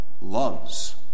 loves